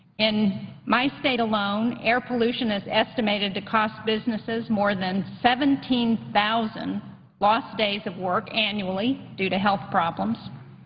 in my state alone, air pollution is estimated to cost businesses more than seventeen thousand lost days of work annually due to health problems,